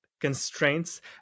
constraints